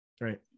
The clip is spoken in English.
Right